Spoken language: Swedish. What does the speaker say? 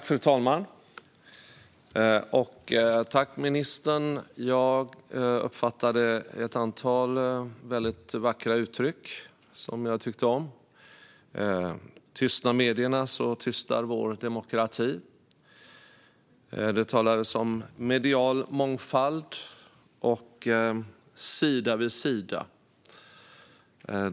Fru talman! Jag uppfattade ett antal vackra uttryck, som jag tyckte om. Tystnar medierna tystnar vår demokrati. Det talades om medial mångfald och sida vid sida.